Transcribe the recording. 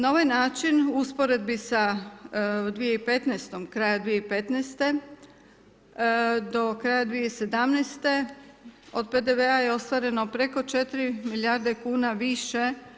Na ovaj način u usporedbi sa 2015., kraja 2015. do kraja 2017. od PDV-a je ostvareno preko 4 milijarde kuna više.